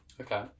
Okay